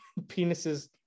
penises